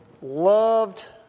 loved